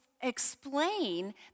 explain